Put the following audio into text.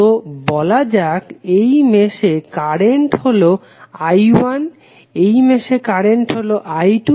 তো বলা যাক এই মেশে কারেন্ট হলো I1 এই মেশে কারেন্ট হলো I2